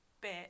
bit